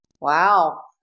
Wow